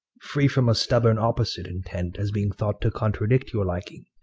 free from a stubborne opposite intent, as being thought to contradict your liking,